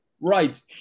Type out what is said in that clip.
Right